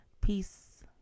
peace